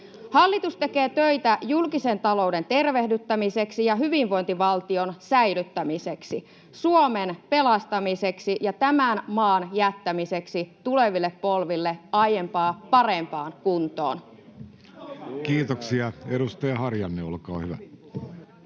Hallitus tekee töitä julkisen talouden tervehdyttämiseksi ja hyvinvointivaltion säilyttämiseksi, Suomen pelastamiseksi ja tämän maan jättämiseksi tuleville polville aiempaa parempaan kuntoon. [Jussi Saramo: Ano